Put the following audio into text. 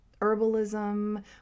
herbalism